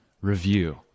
review